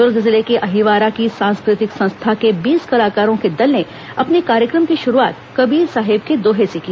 दुर्ग जिले के अहिवारा की सांस्कृतिक संस्था के बीस कलाकारों के दल ने अपने कार्यक्रम की शुरूआत कबीर साहेब के दोहे से की